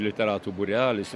literatų būrelis